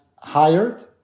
hired